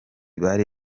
bari